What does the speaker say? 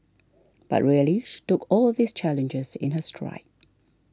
but really she took all these challenges in her stride